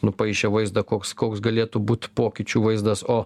nupaišė vaizdą koks koks galėtų būt pokyčių vaizdas o